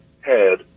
head